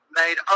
made